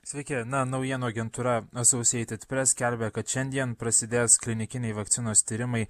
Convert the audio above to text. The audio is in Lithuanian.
sveiki na naujienų agentūra associated press skelbė kad šiandien prasidės klinikiniai vakcinos tyrimai